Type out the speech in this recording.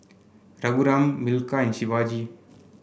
Raghuram Milkha and Shivaji